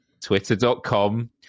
twitter.com